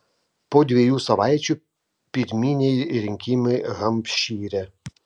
po dviejų savaičių pirminiai rinkimai hampšyre